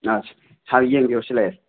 ꯑꯠꯁ ꯁꯥꯔ ꯌꯦꯡꯕꯤꯔꯣ ꯁꯤꯗ ꯂꯩꯔꯦ